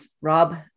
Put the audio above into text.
Rob